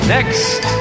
Next